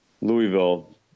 Louisville